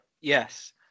Yes